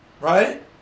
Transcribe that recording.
right